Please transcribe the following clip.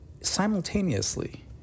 simultaneously